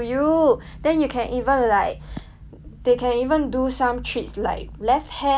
they can even do some tricks like left hand right hand all this is so cute